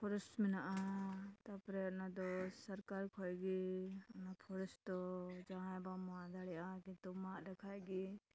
forest ᱢᱮᱱᱟᱜᱼᱟ ᱛᱟᱯᱚᱨᱮ ᱚᱱᱟ ᱫᱚ ᱥᱚᱨᱠᱟᱨ ᱠᱷᱚᱡ ᱜᱮ ᱚᱱᱟ ᱯᱷᱚᱨᱮᱥᱴ ᱫᱚ ᱡᱟᱦᱟᱸᱭ ᱵᱟᱢ ᱢᱟᱜ ᱫᱟᱲᱮᱭᱟᱜᱼᱟ ᱠᱤᱱᱛᱩ ᱢᱟᱜ ᱞᱮᱠᱷᱟᱡ ᱜᱮ